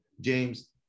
James